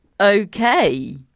Okay